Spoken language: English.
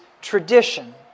tradition